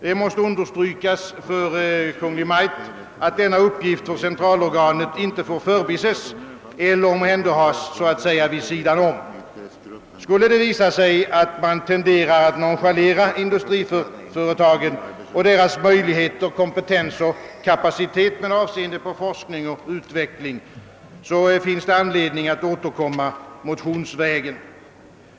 Det måste framhållas för Kungl. Maj:t, att denna uppgift för centralorganet inte får förbises ell8r omhänderhas så att säga vid sidan om. Skulle det visa sig att man ser ut att nonchalera industriföretagen och deras möjlighet, kompetens och kapacitet med avseende på forskning och utveckling, finns det anledning att återkomma motionsvägen.